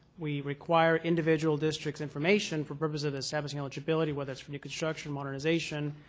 we require individual district's information for purposes of establishing eligibility, whether that's for new construction, modernization,